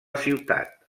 ciutat